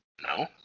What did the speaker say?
No